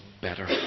better